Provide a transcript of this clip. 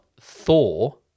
Thor